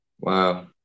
Wow